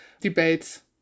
debates